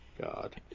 God